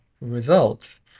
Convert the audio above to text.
result